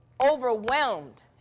overwhelmed